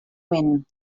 vent